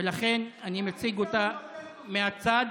ולכן אני מציג אותה מהצד.